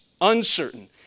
uncertain